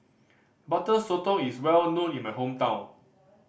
Butter Sotong is well known in my hometown